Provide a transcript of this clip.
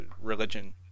religion